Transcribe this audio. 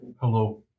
Hello